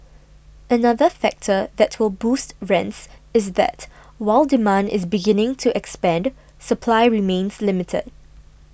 another factor that will boost rents is that while demand is beginning to expand supply remains limited